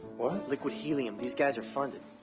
what? liquid helium. these guys are funded.